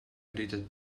edited